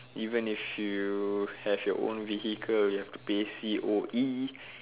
even if you have your own vehicle you will have to pay C_O_E